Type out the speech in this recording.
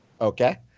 Okay